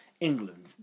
England